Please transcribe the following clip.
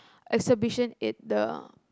exhibition at the